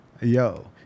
Yo